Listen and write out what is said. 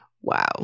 Wow